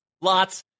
lots